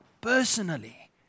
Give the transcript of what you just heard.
personally